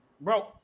bro